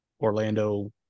Orlando